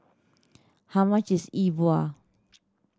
how much is E Bua